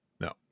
no